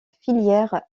filière